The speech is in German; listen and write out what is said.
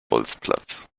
bolzplatz